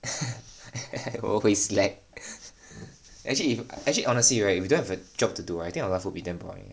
我会 slack actually if you actually honestly right if we don't have a job to do right your life will be damn boring